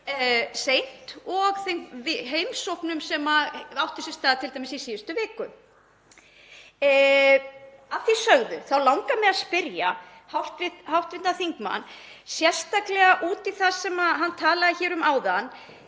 seint og þeim heimsóknum sem áttu sér stað t.d. í síðustu viku. Að því sögðu langar mig að spyrja hv. þingmann sérstaklega út í það sem hann talaði um áðan